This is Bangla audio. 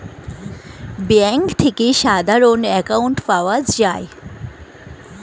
ব্যাঙ্ক থেকে সাধারণ অ্যাকাউন্ট পাওয়া যায়